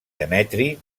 demetri